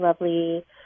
lovely